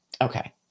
okay